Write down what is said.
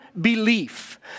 belief